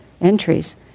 entries